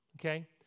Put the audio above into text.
okay